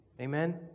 Amen